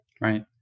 Right